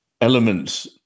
elements